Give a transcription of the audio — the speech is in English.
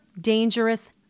dangerous